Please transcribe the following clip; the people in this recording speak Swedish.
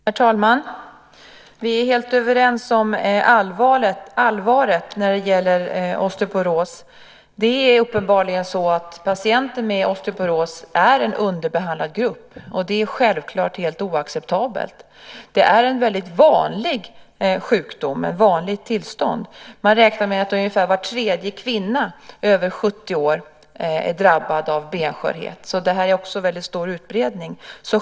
Herr talman! Vi är helt överens om allvaret när det gäller osteoporos. Det är uppenbarligen så att patienter med osteoporos är en underbehandlad grupp. Det är självklart helt oacceptabelt. Det är en väldigt vanlig sjukdom, ett vanligt tillstånd. Man räknar med att ungefär var tredje kvinna över 70 år är drabbad av benskörhet. Det har en väldigt stor utbredning.